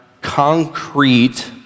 concrete